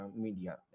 media